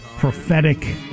prophetic